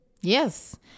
yes